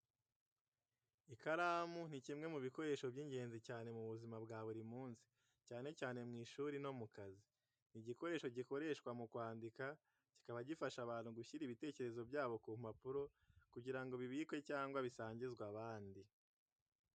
Ikaramu ni kimwe mu bikoresho by’ingenzi cyane mu buzima bwa buri munsi, cyane cyane mu ishuri no mu kazi. Ni igikoresho gikoreshwa mu kwandika, kikaba gifasha abantu gushyira ibitekerezo byabo ku mpapuro kugira ngo bibikwe cyangwa bisangizwe abandi.